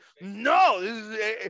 no